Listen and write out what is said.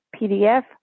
PDF